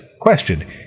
Question